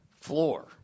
floor